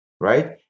right